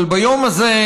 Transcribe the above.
אבל ביום הזה,